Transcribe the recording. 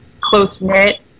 close-knit